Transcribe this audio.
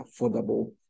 affordable